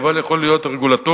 אבל יכול להיות רגולטורי,